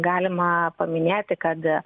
galima paminėti kad